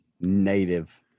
native